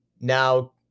now